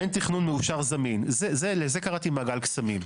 אין תכנון מאושר זמין, לזה קראתי מעגל קסמים.